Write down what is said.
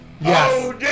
yes